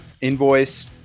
invoice